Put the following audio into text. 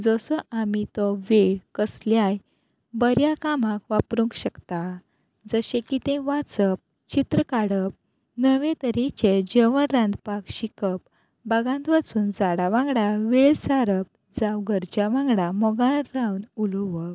जसो आमी तो वेळ कसल्याय बऱ्या कामाक वापरूंक शकता जशें की तें वाचप चित्र काडप नवे तरेचे जेवण रांदपाक शिकप बागांत वचून झाडां वांगडा वेळ सारप जावं घरच्यां वांगडा मोगान रावन उलोवप